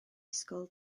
ysgol